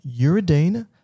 Uridine